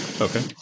Okay